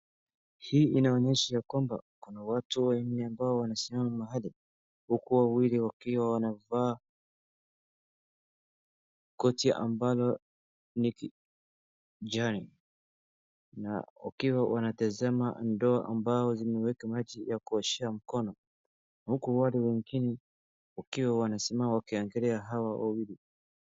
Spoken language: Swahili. Hii inaonyesha ya kwamba kuna watu wanne ambao wamesimama mahali, huku wawili wakiwa wanavaa koti ambalo ni kijani na wakiwa wanatazama ndoo ambayo zimewekwa maji ya kuoshea mkono. Huku wale wengine wakiwa wamesimama wakiangalia hawa wawili.